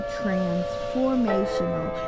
transformational